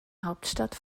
hauptstadt